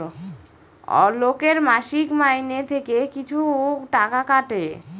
লোকের মাসিক মাইনে থেকে কিছু টাকা কাটে